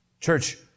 Church